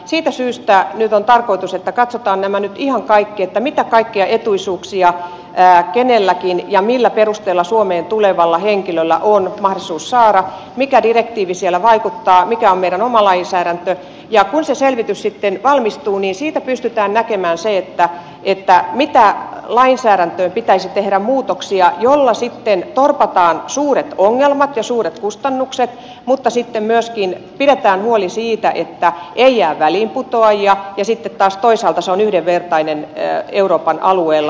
siitä syystä nyt on tarkoitus että katsotaan nämä nyt ihan kaikki että mitä kaikkia etuisuuksia ja millä perusteella kenelläkin suomeen tulevalla henkilöllä on mahdollisuus saada mikä direktiivi siellä vaikuttaa mikä on meidän oma lainsäädäntömme ja kun se selvitys sitten valmistuu niin siitä pystytään näkemään se mitä lainsäädäntöön pitäisi tehdä muutoksia joilla sitten torpataan suuret ongelmat ja suuret kustannukset mutta sitten myöskin pidetään huoli siitä että ei jää väliinputoajia ja sitten taas toisaalta se on yhdenvertainen euroopan alueella